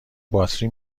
باطری